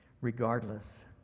regardless